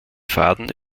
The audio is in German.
faden